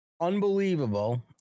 unbelievable